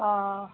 অঁ